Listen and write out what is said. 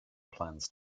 plans